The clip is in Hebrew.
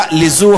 זאת